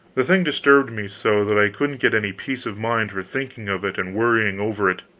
the thing disturbed me so that i couldn't get any peace of mind for thinking of it and worrying over it.